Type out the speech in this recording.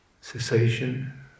Cessation